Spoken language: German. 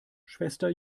schwester